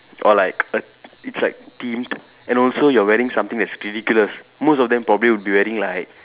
or like a it's like themed and also you're wearing something that's like ridiculous most of them probably will be wearing like